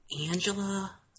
Angela